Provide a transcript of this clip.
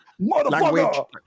motherfucker